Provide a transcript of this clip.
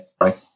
Right